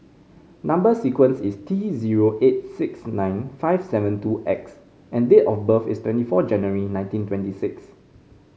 number sequence is T zero eight six nine five seven two X and date of birth is twenty four January nineteen twenty six